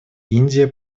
индия